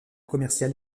commercial